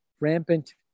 rampant